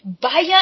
Baya